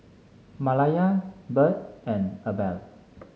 Malaya Bird and Abel